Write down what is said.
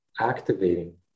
activating